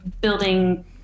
building